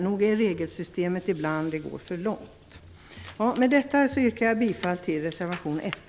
Nog går regelsystemet ibland för långt. Med detta yrkar jag bifall till reservation 1.